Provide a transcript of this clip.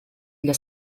для